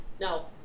No